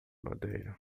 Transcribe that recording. madeira